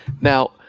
Now